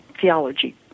theology